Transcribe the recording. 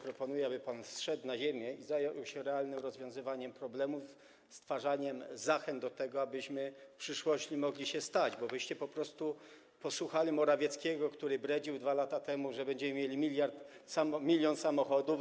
Proponuję, aby pan zszedł na ziemię i zajął się realnym rozwiązywaniem problemów, stwarzaniem zachęt do tego, abyśmy w przyszłości mogli się nim stać, bo wy po prostu posłuchaliście Morawieckiego, który bredził 2 lata temu, że będziemy mieli milion samochodów.